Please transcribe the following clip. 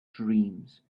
dreams